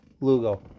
Lugo